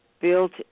built